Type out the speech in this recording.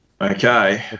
Okay